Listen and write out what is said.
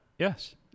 Yes